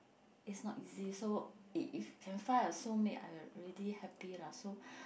is not easy so if if can find a soulmate I already happy lah so